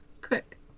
Quick